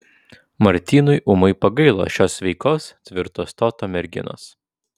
martynui ūmai pagailo šios sveikos tvirto stoto merginos